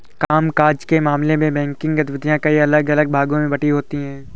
काम काज के मामले में बैंकिंग गतिविधियां कई अलग अलग भागों में बंटी होती हैं